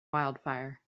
wildfire